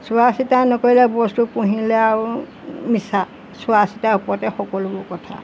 চোৱা চিতা নকৰিলে বস্তু পুহিলে আৰু মিছা চোৱা চিতাৰ ওপৰতে সকলোবোৰ কথা